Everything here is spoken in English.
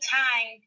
time